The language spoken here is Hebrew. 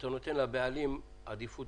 אתה נותן לבעלים עדיפות